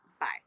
bye